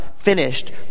finished